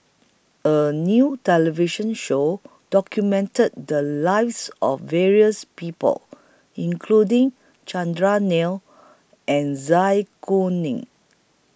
A New television Show documented The Lives of various People including Chandran Nair and Zai Kuning